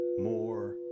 more